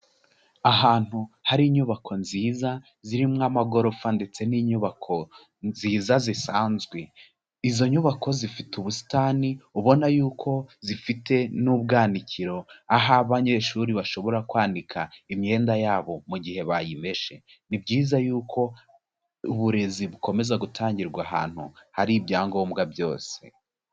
Ahantu hari inyubako nziza zirimo amagorofa ndetse n'inyubako nziza zisanzwe, izo nyubako zifite ubusitani ubona yuko zifite n'ubwanikiro aho abanyeshuri bashobora kwanika imyenda yabo mu gihe bayimeshe, ni byiza yuko uburezi bukomeza gutangirwa ahantu hari ibyangombwa byose.